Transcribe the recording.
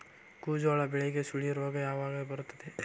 ಗೋಂಜಾಳ ಬೆಳೆಗೆ ಸುಳಿ ರೋಗ ಯಾವಾಗ ಬರುತ್ತದೆ?